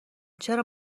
چرا